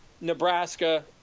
nebraska